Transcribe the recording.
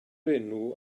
enw